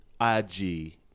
IG